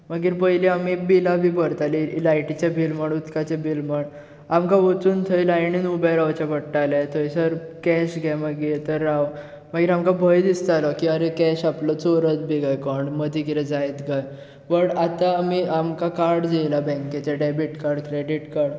मागीर पयली आमी बिलां बी भरतालीं लायटीचें बील म्हण उदकाचें बील म्हण आमकां वचून थंय लायनीन उबें रावचें पडटालें थंयसर कॅश घे मागीर तर राव मागीर आमकां भंय दिसतालो की अरे कॅश आपलो चोरत बी कांय कोण मदीं कितें जायत कांय पण आतां आमी आमकां कार्ड्स येयल्यात बँकेचे डेबीट कार्ड क्रेडीट कार्ड